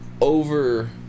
over